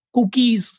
Cookies